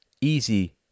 easy